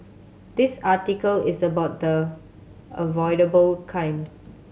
this article is about the avoidable kind